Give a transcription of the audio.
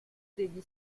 degli